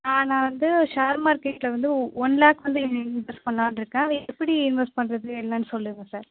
ஆ நான் வந்து ஷேர் மார்கெட்டில் வந்து ஒ ஒன் லேக் வந்து இன்வெஸ்ட் பண்ணலானு இருக்கேன் அதை எப்படி இன்வெஸ்ட் பண்ணுறது என்னென்று சொல்லுங்கள் சார்